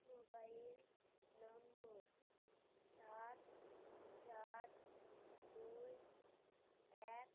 mobile number সাত চার দুই এক